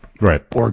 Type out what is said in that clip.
Right